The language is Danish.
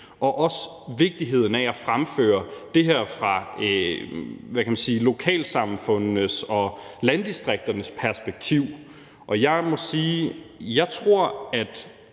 og også vigtigheden af at fremføre det her fra lokalsamfundenes og landdistrikternes perspektiv. Jeg må sige, at jeg tror, at